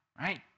right